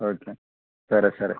okay సరేసరే